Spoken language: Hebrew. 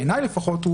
בעיניי לפחות,